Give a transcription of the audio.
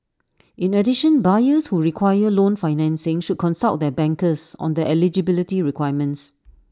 in addition buyers who require loan financing should consult their bankers on their eligibility requirements